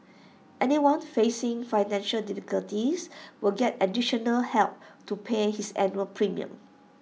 anyone facing financial difficulties will get additional help to pay his annual premium